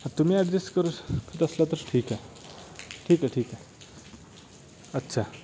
तर तुम्ही ॲडजेस्ट करू शकत असला तर ठीक आहे ठीक आहे ठीक आहे अच्छा